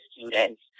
students